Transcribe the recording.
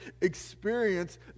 experience